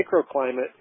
microclimate